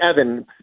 Evan